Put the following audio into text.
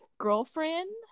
girlfriend